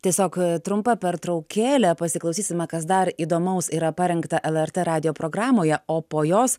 tiesiog trumpa pertraukėlė pasiklausysime kas dar įdomaus yra parengta lrt radijo programoje o po jos